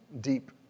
deep